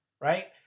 right